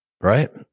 Right